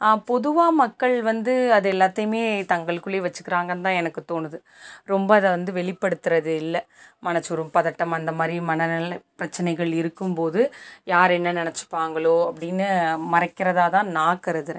பொதுவாக மக்கள் வந்து அது எல்லாத்தையுமே தங்களுக்குள்ளே வச்சுக்கிறாங்கன்னு தான் எனக்கு தோணுது ரொம்ப அதை வந்து வெளிப்படுத்துறது இல்லை மனசு ஒரு பதட்டமாக அந்தமாதிரி மனநலப் பிரச்சினைகள் இருக்கும் போது யார் என்ன நினச்சிப்பாங்களோ அப்படின்னு மறைக்கிறதா தான் நான் கருதுகிறேன்